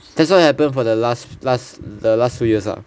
that's what happened for the last last the last few years ah